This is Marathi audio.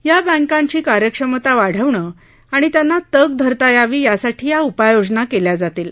या बँकांची कार्यक्षमता वाढवणं आणि त्यांना तग धरता यावी यासाठी या उपाययोजना केल्या जातील